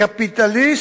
קפיטליסט,